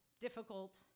difficult